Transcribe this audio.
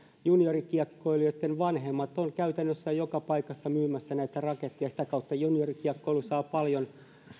juniorikiekkoilijoitten vanhemmat ovat käytännössä joka paikassa myymässä näitä raketteja ja sitä kautta juniorikiekkoilu saa paljon